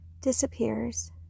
disappears